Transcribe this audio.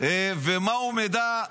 ומהו מידע,